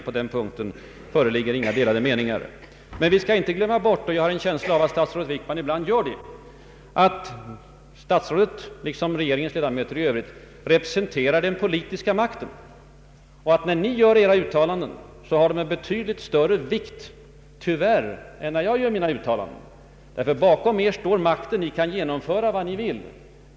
På den punkten föreligger inga delade meningar. Vi skall emellertid inte glömma bort — jag har en känsla av att statsrådet Wickman ibland gör det — att han liksom regeringens övriga ledamöter representerar den politiska makten. När de gör sina uttalanden lägger man mycket större vikt vid dem än vid t.ex. mina uttalanden. Bakom er står makten, och ni kan genomföra nästan vad ni vill.